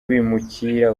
bimukira